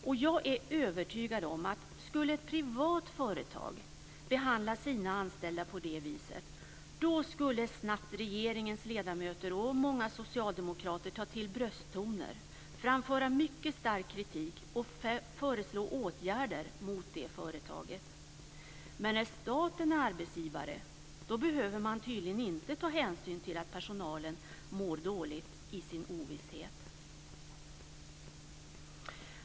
Om ett privat företag skulle behandla sina anställda på det viset är jag övertygad om att regeringens ledamöter och många socialdemokrater snabbt skulle ta till brösttoner, framföra mycket stark kritik och föreslå åtgärder mot det företaget. Men när staten är arbetsgivare behöver man tydligen inte ta hänsyn till att personalen mår dåligt i sin ovisshet.